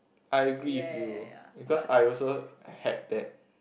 I agree with you because I also had that